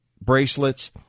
bracelets